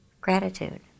gratitude